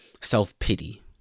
self-pity